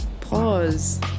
Pause